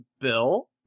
Bill